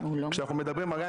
הרי אנחנו נחזור,